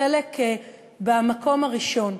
חלק במקום הראשון.